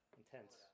intense